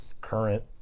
current